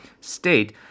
state